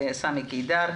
סמי קידר,